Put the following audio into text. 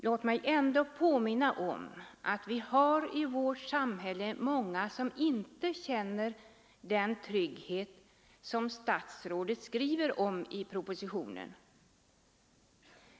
Men låt mig påminna om att vi i vårt samhälle har många människor som inte känner den trygghet som statsrådet skriver om i propositionen.